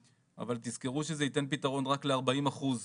אבל תזכרו שזה ייתן פתרון רק ל-40% מהאוכלוסייה.